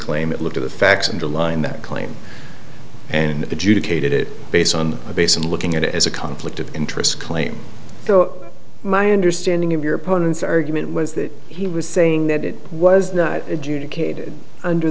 claim it looked at the facts and the line that claim and adjudicated it based on a base and looking at it as a conflict of interest claim though my understanding of your opponent's argument was that he was saying that it was not adjudicated under